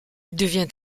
devient